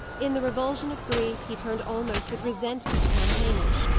in the revulsion of grief, he turned almost with resentment upon hamish.